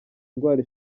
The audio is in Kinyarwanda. ndwara